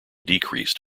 decreased